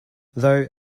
though